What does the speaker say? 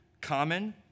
common